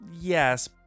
Yes